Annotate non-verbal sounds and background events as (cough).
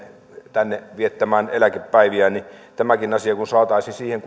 tänne viettämään eläkepäiviä eli tämäkin asia kun saataisiin siihen (unintelligible)